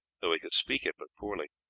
though he could speak it but poorly.